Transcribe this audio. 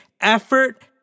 effort